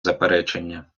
заперечення